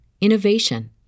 innovation